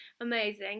Amazing